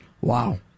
Wow